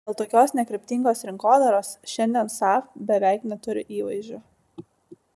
dėl tokios nekryptingos rinkodaros šiandien saab beveik neturi įvaizdžio